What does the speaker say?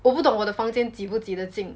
我不懂我的房间挤不挤得进